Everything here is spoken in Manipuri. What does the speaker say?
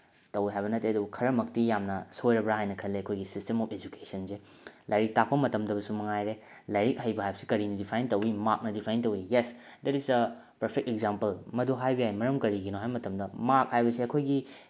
ꯇꯧꯋꯦ ꯍꯥꯏꯕ ꯅꯠꯇꯦ ꯑꯗꯨꯕꯨ ꯈꯔꯃꯛꯇꯤ ꯌꯥꯝꯅ ꯁꯣꯏꯔꯕ꯭ꯔ ꯍꯥꯏꯅ ꯈꯜꯂꯦ ꯑꯩꯈꯣꯏꯒꯤ ꯁꯤꯁꯇꯦꯝ ꯑꯣꯐ ꯑꯦꯖꯨꯀꯦꯁꯟꯁꯦ ꯂꯥꯏꯔꯤꯛ ꯇꯥꯛꯄ ꯃꯇꯝꯗꯁꯨ ꯃꯉꯥꯏꯔꯦ ꯂꯥꯏꯔꯤꯛ ꯍꯩꯕ ꯍꯥꯏꯕꯁꯤ ꯀꯔꯤꯅ ꯗꯤꯐꯥꯏꯟ ꯇꯧꯋꯤ ꯃꯥꯛꯅ ꯗꯤꯐꯥꯏꯟ ꯇꯧꯋꯤ yes that is a perfect example ꯃꯗꯨ ꯍꯥꯏꯕ ꯌꯥꯏ ꯃꯔꯝ ꯀꯔꯤꯒꯤꯅꯣ ꯍꯥꯏ ꯃꯇꯝꯗ ꯃꯥꯛ ꯍꯥꯏꯕꯁꯦ ꯑꯩꯈꯣꯏꯒꯤ